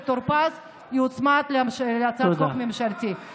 הכנסת טור פז יוצמד להצעת חוק ממשלתית.